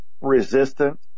resistant